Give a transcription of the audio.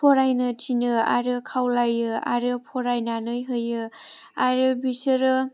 फरायनो थिनो आरो खावलायो आरो फरायनानै होयो आरो बिसोरो